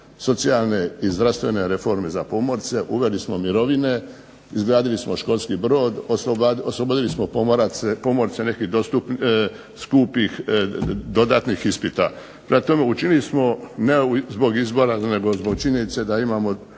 socijalne i zdravstvene reforme za pomorce. Uveli smo mirovine. Izgradili smo školski brod. Oslobodili smo pomorce nekih skupih dodatnih ispita. Prema tome, učinili smo ne zbog izbora, nego zbog činjenice da imamo